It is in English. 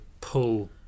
pull